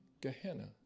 Gehenna